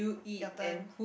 your turns